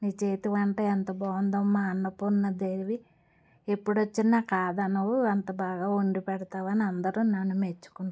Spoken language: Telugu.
నీ చేతి వంట ఎంత బాగుందో మా అన్నపూర్ణాదేవి ఎప్పుడు వచ్చినా కాదనవు అంత బాగా వండిపెడతావని అందరూ నన్ను మెచ్చుకుంటారు